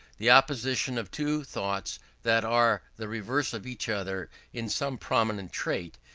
the opposition of two thoughts that are the reverse of each other in some prominent trait,